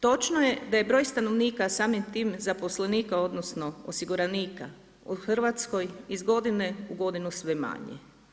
Točno je da je broj stanovnika, samim tim zaposlenika, odnosno, osiguranika u Hrvatskoj iz godinu u godinu sve manje.